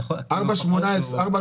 נכון כי הוא פחות --- בקורונה.